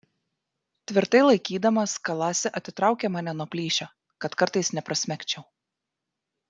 tvirtai laikydamas kalasi atitraukė mane nuo plyšio kad kartais neprasmegčiau